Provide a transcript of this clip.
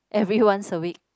every once a week